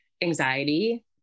anxiety